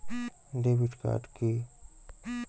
Debit card কি?